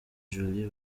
jolis